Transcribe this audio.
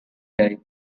die